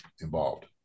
involved